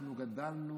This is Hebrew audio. אנחנו גדלנו